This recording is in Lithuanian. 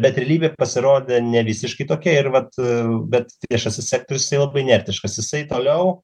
bet realybė pasirodė ne visiškai tokia ir vat bet viešasis sektorius tai labai inertiškas jisai toliau